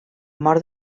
mort